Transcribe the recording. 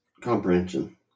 comprehension